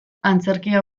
antzerkia